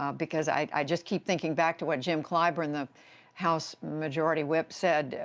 um because i just keep thinking back to what jim clyburn, the house majority whip, said,